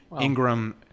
Ingram